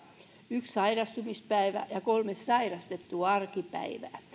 yksi sairastumispäivä ja kolme sairastettua arkipäivää